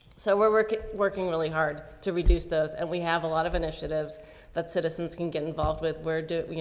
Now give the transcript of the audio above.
so we're working, working really hard to reduce those and we have a lot of initiatives that citizens can get involved with. where do you